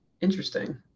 interesting